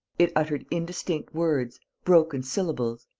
it uttered indistinct words, broken syllables.